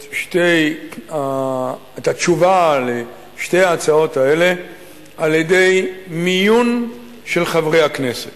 את התשובה על שתי ההצעות האלה על-ידי מיון של חברי הכנסת.